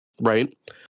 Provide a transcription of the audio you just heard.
right